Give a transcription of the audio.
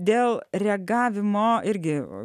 dėl reagavimo irgi